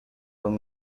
room